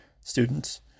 students